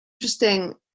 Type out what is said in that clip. interesting